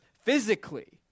physically